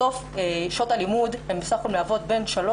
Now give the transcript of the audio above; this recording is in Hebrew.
בסוף שעות הלימוד מהוות בסך הכול בין 5-3,